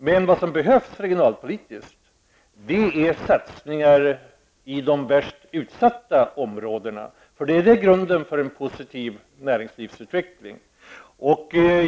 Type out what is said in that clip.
Regionalpolitiskt behövs i stället satsningar i de värst utsatta områdena. Där finns grunden för en positiv näringslivsutveckling.